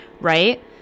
right